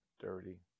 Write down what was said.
dirty